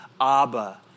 Abba